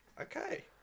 Okay